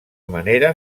manera